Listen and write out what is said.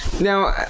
now